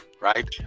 right